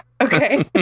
Okay